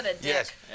Yes